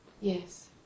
Yes